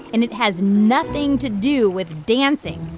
and it has nothing to do with dancing,